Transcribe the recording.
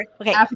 Okay